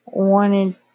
Wanted